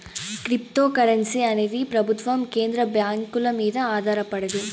cryptocurrency అనేది ప్రభుత్వం కేంద్ర బ్యాంకుల మీద ఆధారపడదు